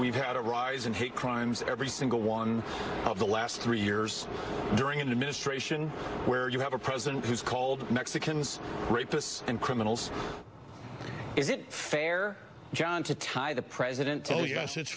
we've had a rise in hate crimes every single one of the last three years during an administration where you have a president who's called mexicans rapists and criminals is it fair john to tie the president tell us it's